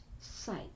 sight